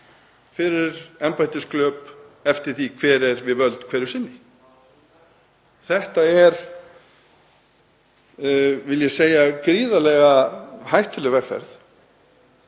fyrir embættisglöp eftir því hver er við völd hverju sinni. Þetta er, vil ég segja, gríðarlega hættuleg vegferð.